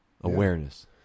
Awareness